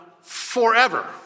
forever